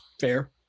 Fair